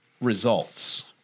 results